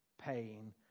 pain